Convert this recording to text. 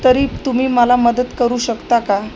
तरी तुम्ही मला मदत करू शकता का